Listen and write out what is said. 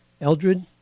Eldred